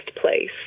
place